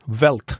wealth